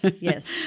Yes